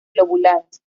lobuladas